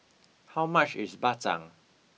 how much is bak chang